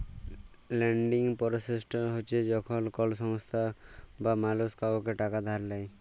lending পরসেসট হছে যখল কল সংস্থা বা মালুস কাউকে টাকা ধার দেঁই